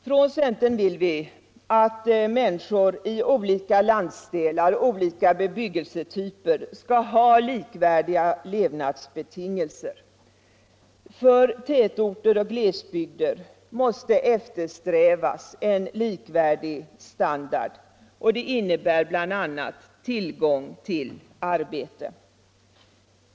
Från centerns sida vill vi att människor i olika landsdelar och bebyggelsetyper skall ha likvärdiga levnadsbetingelser. För tätorter och glesbygder måste eftersträvas likvärdig standard, vilket bl.a. innebär tillgång till arbete.